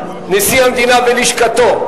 01, נשיא המדינה ולשכתו.